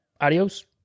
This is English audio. Adios